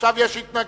עכשיו יש התנגדויות.